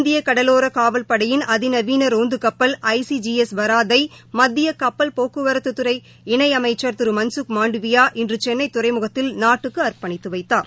இந்திய கடலோரக் காவல்படையின் அதி நவீன ரோந்து கப்பல் I C G S Varad ஐ மத்திய கப்பல்துறை இணை அமைச்சர் திரு மன்கக் மாண்டவியா இன்று சென்னை துறைமுகத்தில் நாட்டுக்கு அர்ப்பணித்து வைத்தார்